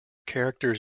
characters